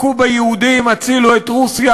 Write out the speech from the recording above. הכו ביהודים, הצילו את רוסיה,